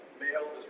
male